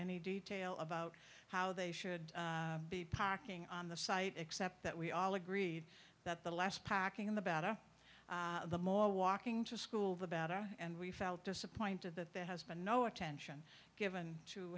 any detail about how they should be parking on the site except that we all agreed that the less packing in the better the more walking to school the better and we felt disappointed that there has been no attention given to